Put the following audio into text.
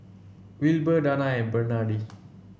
Wilber Danna and Bernadine